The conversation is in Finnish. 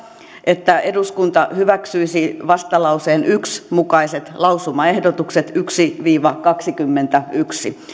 että eduskunta hyväksyisi vastalauseen yksi mukaiset lausumaehdotukset yksi viiva kaksikymmentäyksi